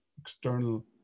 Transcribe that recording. external